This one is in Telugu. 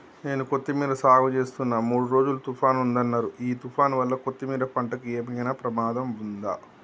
నేను కొత్తిమీర సాగుచేస్తున్న మూడు రోజులు తుఫాన్ ఉందన్నరు ఈ తుఫాన్ వల్ల కొత్తిమీర పంటకు ఏమైనా ప్రమాదం ఉందా?